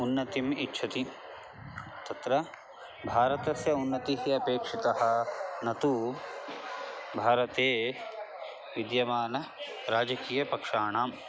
उन्नतिम् इच्छति तत्र भारतस्य उन्नतिः अपेक्षिता न तु भारते विद्यमानानां राजकीय पक्षाणाम्